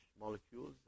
molecules